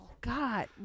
God